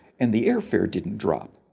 and the airfare didn't drop.